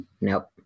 Nope